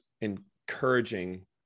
encouraging